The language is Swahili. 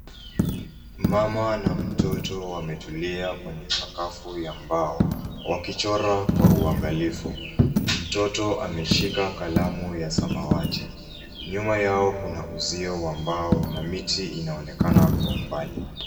Mama na mtoto wametulia kwenye sakafu ya mbao, wakichora kwa uangalifu. Mtoto ameshika kalamu ya samawati. Nyuma yao kuna uzio wa mbao na miti inaonekana kwa mbali.